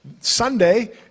Sunday